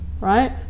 right